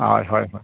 ᱦᱳᱭ ᱦᱳᱭ ᱦᱳᱭ